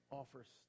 offers